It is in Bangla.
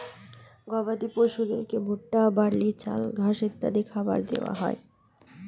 গবাদি পশুদেরকে ভুট্টা, বার্লি, চাল, ঘাস ইত্যাদি খাবার দেওয়া হয়